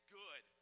good